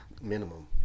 Minimum